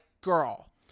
girl